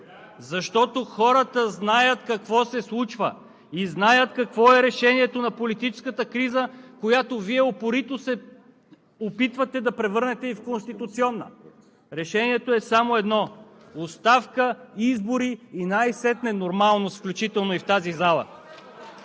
Защото хората знаят какво се случва и знаят какво е решението на политическата криза, която Вие упорито се опитвате да превърнете и в конституционна! Решението е само едно: оставка, избори и най-сетне нормалност, включително и в тази зала.